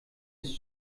ist